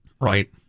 Right